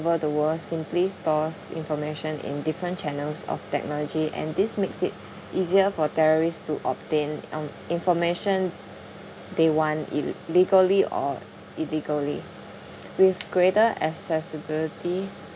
over the world simply stores information in different channels of technology and this makes it easier for terrorists to obtain um information they want il~ legally or illegally with greater accessibility